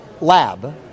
lab